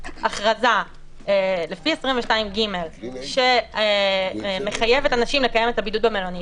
הכרזה לפי 22ג שמחייבת אנשים לקיים את הבידוד במלונית.